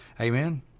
Amen